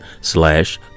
slash